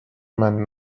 man